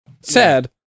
Sad